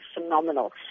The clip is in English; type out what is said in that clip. phenomenal